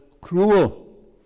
cruel